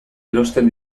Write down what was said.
erosten